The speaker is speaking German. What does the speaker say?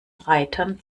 reitern